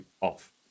off